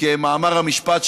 כמאמר המשפט,